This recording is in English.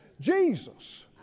Jesus